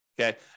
Okay